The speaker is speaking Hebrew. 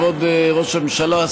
כבוד ראש הממשלה,